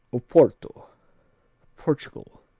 oporto portugal